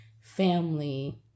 family